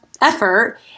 effort